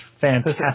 fantastic